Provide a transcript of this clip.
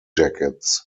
jackets